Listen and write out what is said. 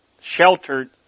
sheltered